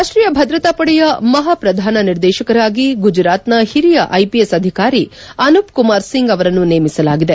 ರಾಷ್ಷೀಯ ಭದ್ರತಾ ಪಡೆಯ ಮಹಾಪ್ರಧಾನ ನಿರ್ದೇಶಕರಾಗಿ ಗುಜರಾತ್ನ ಹಿರಿಯ ಐಪಿಎಸ್ ಅಧಿಕಾರಿ ಅನುಪ್ ಕುಮಾರ್ ಸಿಂಗ್ ಅವರನ್ನು ನೇಮಿಸಲಾಗಿದೆ